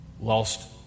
Lost